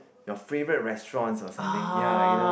your favourite restaurants or something ya you know